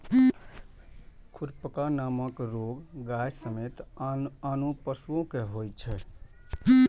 खुरपका नामक रोग गाय समेत आनो पशु कें होइ छै